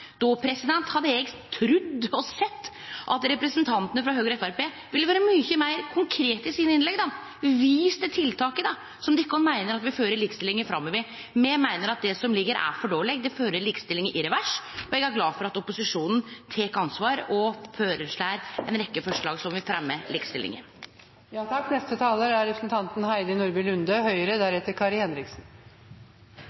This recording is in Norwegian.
Då hadde eg trudd og gjerne sett at representantane frå Høgre og Framstegspartiet ville vere mykje meir konkrete i sine innlegg og vist til dei tiltaka som dei meiner vil føre likestillinga framover. Me meiner at det som ligg her, er for dårleg, det fører likestillinga i revers, og eg er glad for at opposisjonen tek ansvar og føreslår ei rekkje forslag som vil fremje likestillinga. Når man i så stor grad er